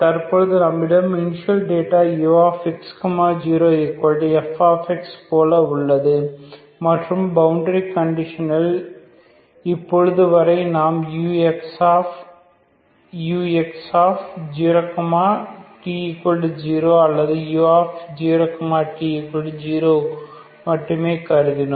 தற்போது நம்மிடம் initial data ux 0f போல உள்ளது மற்றும் பவுண்டரி கண்டிஷனில் இப்பொழுது வரை நாம் ux0 t0 அல்லது u0 t0 மட்டுமே கருதினோம்